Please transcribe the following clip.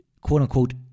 quote-unquote